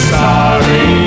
sorry